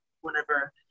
whenever